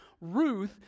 Ruth